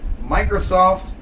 Microsoft